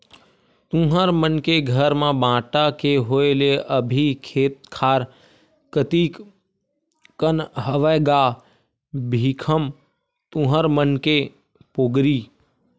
तुँहर मन के घर म बांटा के होय ले अभी खेत खार कतिक कन हवय गा भीखम तुँहर मन के पोगरी?